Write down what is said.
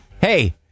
Hey